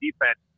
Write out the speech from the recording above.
defense